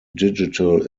digital